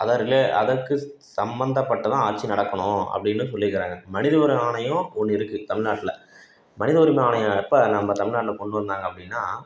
அதை ரிலே அதற்கு சம்பந்தப்பட்டுதான் ஆட்சி நடக்கணும் அப்படின்னும் சொல்லிக்கிறாங்க மனித உரிமை ஆணையம் ஒன்று இருக்குது தமிழ்நாட்டில் மனித உரிமை ஆணையம் எப்போ நம்ம தமிழ்நாட்டில் கொண்டு வந்தாங்க அப்படின்னா